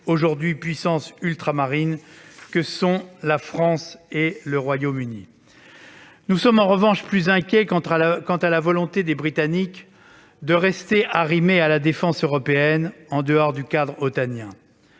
aujourd'hui puissances ultramarines, que sont la France et le Royaume-Uni. En revanche, nous sommes plus inquiets quant à la volonté des Britanniques de rester arrimés à la défense européenne, en dehors du cadre otanien.